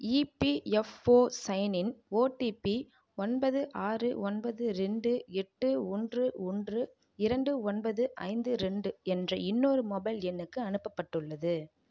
EPFO sign in OTP ஒன்பது ஆறு ஒன்பது ரெண்டு எட்டு ஒன்று ஒன்று இரண்டு ஒன்பது ஐந்து ரெண்டு என்ற இன்னொரு மொபைல் எண்ணுக்கு அனுப்பப்பட்டுள்ளது